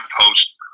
post